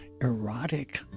erotic